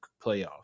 playoffs